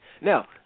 Now